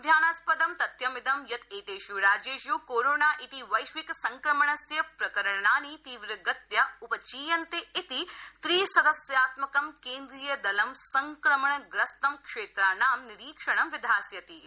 ध्यानास्पदं तथ्यमिदं यत् एतेषु राज्येषु कोरोना इति वैश्विक संक्रमणस्य प्रकरणानि तीव्रगत्या उपचीयन्ते इति त्रिसदस्यात्मकं केन्द्रीय दल संक्रमणग्रस्त क्षेत्राणां निरीक्षणं विधास्यति इति